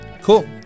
Cool